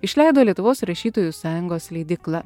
išleido lietuvos rašytojų sąjungos leidykla